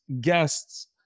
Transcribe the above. guests